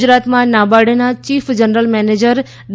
ગુજરાતમાં નાબાર્ડના chief general manager D